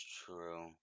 true